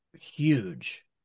huge